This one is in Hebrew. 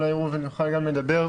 אולי ראובן יוכל גם לדבר על זה,